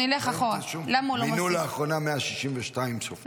נלך אחורה -- מינו לאחרונה 162 שופטים.